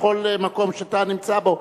בכל מקום שאתה נמצא בו,